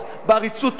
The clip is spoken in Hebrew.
בעריצות הרוב,